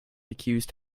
accused